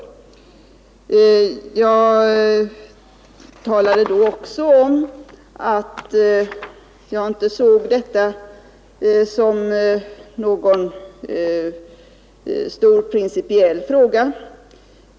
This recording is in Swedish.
Jag talade då också om att jag inte såg detta som någon stor principiell fråga.